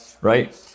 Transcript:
right